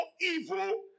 evil